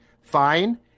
fine